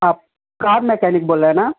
آپ car mechanic بول رہے ہیں نا